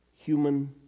human